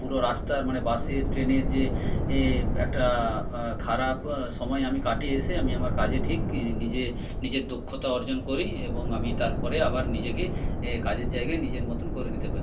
পুরো রাস্তার মানে বাসে ট্রেনের যে একটা খারাপ সময় আমি কাটিয়ে এসে আমি আমার কাজে ঠিকই নিজে নিজের দক্ষতা অর্জন করি এবং আমি তারপরে আবার নিজেকে কাজের জায়গায় নিজের মতন করে নিতে পারি